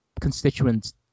constituents